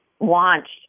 launched